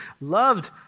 loved